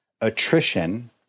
attrition